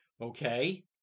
Okay